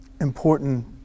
important